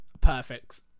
Perfect